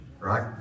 right